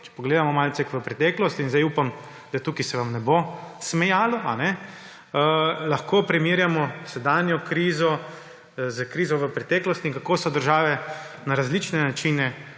Če pogledamo malce v preteklost, in sedaj upam, da tukaj se vam ne bo smejalo, lahko primerjamo sedanjo krizo s krizo v preteklosti in kako so države na različne načine